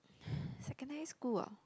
secondary school ah